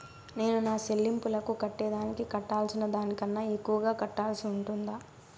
నేను నా సెల్లింపులకు కట్టేదానికి కట్టాల్సిన దానికన్నా ఎక్కువగా కట్టాల్సి ఉంటుందా?